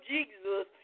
Jesus